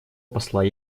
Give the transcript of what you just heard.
посла